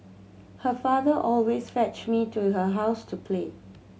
her father always fetch me to her house to play